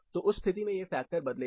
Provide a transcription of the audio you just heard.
तो उस स्थिति में यह फैक्टर बदलेगा